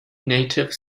native